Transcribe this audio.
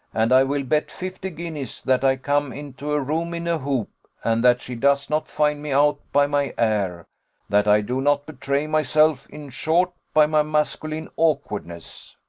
and i will bet fifty guineas that i come into a room in a hoop, and that she does not find me out by my air that i do not betray myself, in short, by my masculine awkwardness.